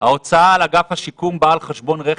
"ההוצאה על אגף שיקום באה על חשבון רכש,